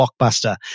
blockbuster